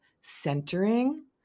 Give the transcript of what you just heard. centering